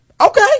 Okay